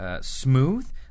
smooth